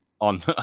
on